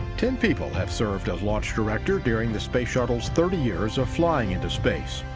ten people have served as launch director during the space shuttle's thirty years of flying into space.